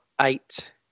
eight